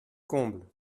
comble